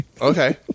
Okay